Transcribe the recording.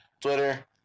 twitter